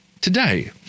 today